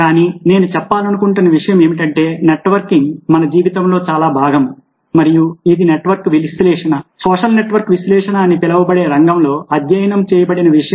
కానీ నేను చెప్పాలనుకుంటున్న విషయం ఏమిటంటే నెట్వర్కింగ్ మన జీవితంలో చాలా భాగం మరియు ఇది నెట్వర్క్ విశ్లేషణ సోషల్ నెట్వర్క్ విశ్లేషణ అని పిలువబడే రంగంలో అధ్యయనం చేయబడిన విషయం